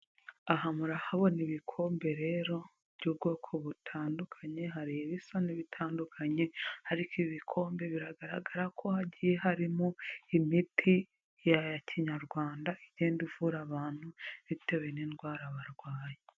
Aha murahabona ibikombe rero by'ubwoko butandukanye, hari ibisa n'ibitandukanye ariko ibikombe biragaragara ko hagiye harimo imiti ya Kinyarwanda igenda ivura abantu bitewe n'indwara barwaye.